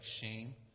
shame